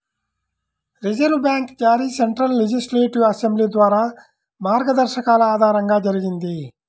reserve bank జారీ central legislative assembly ద్వారా మార్గదర్శకాల ఆధారంగా జరిగింది